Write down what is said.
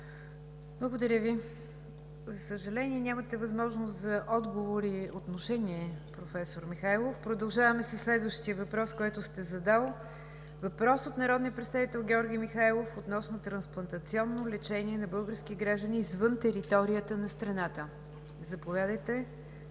Благодаря Ви. За съжаление, нямате възможност за отговор и отношение, професор Михайлов. Продължаваме със следващия въпрос, който сте задали – въпрос от народния представител Георги Михайлов относно трансплантационно лечение на български граждани извън територията на страната. Заповядайте